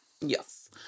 Yes